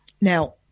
Now